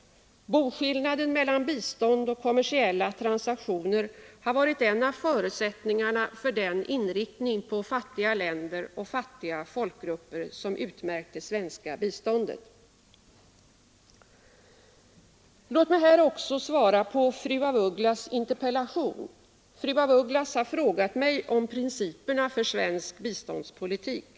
Boskillnaden mellan bistånd och kommersiella transaktioner har varit en av förutsättningarna för den inriktning på fattiga länder och fattiga folkgrupper som utmärkt det svenska biståndet. Låt mig här också få svara på fru af Ugglas interpellation. Fru af Ugglas har frågat mig om principerna för svensk biståndspolitik.